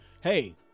Hey